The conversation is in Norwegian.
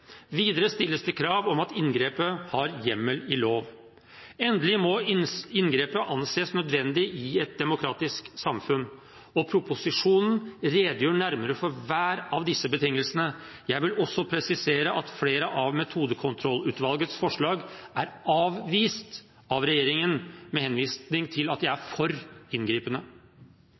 Videre stilles det krav om at inngrepet har hjemmel i lov. Endelig må inngrepet anses nødvendig i et demokratisk samfunn. Proposisjonen redegjør nærmere for hver av disse betingelsene. Jeg vil også presisere at flere av Metodekontrollutvalgets forslag er avvist av regjeringen, med henvisning til at de er for inngripende.